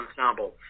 ensemble